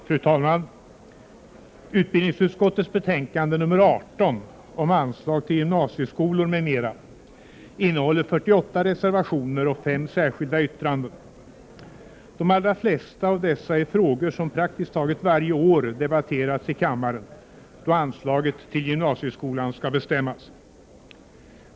Fru talman! Utbildningsutskottets betänkande nr 18 om anslag till gymnasieskolor m.m. innehåller 48 reservationer och 5 särskilda yttranden. De allra flesta av dessa gäller frågor som praktiskt taget varje år debatteras i kammaren, då anslaget till gymnasieskolan skall bestämmas.